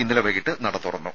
ഇന്നലെ വൈകിട്ട് നട തുറന്നു